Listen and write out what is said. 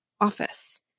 office